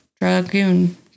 Dragoon